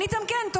עניתם, כן.